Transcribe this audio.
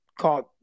called